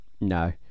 no